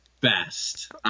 Best